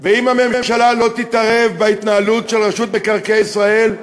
ואם הממשלה לא תתערב בהתנהלות של רשות מקרקעי ישראל,